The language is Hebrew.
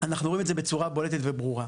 אנחנו רואים את זה בצורה בולטת וברורה.